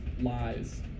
lies